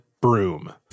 broom